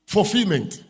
Fulfillment